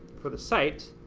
for the site,